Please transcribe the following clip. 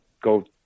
go